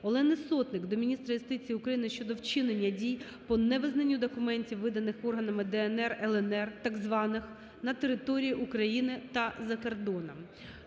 Олени Сотник до міністра юстиції України щодо вчинення дій по не визнанню документів, виданих органами ДНР, ЛНР, так званих, на території України та закордоном.